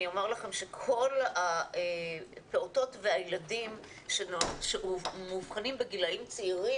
אני אומר לכם שכל הפעוטות והילדים שמאובחנים בגילאים צעירים